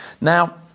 Now